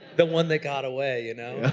the one that got away, you know.